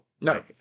No